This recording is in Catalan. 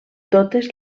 totes